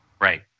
Right